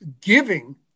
giving